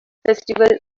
festival